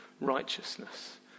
righteousness